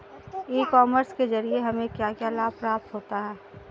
ई commerce के ज़रिए हमें क्या क्या लाभ प्राप्त होता है?